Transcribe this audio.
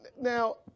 Now